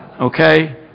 Okay